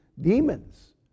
demons